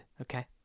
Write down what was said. Okay